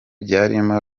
byarimo